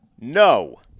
No